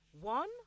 one